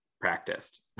practiced